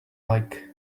like